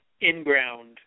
in-ground